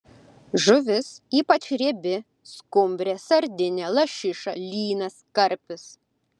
žuvis ypač riebi skumbrė sardinė lašiša lynas karpis